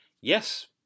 yes